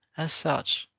as such,